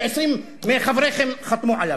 ש-20 מחבריכם חתמו עליו.